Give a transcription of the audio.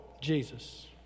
Jesus